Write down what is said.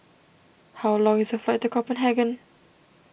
how long is the flight to Copenhagen